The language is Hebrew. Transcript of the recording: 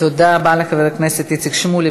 תודה רבה לחבר הכנסת איציק שמולי.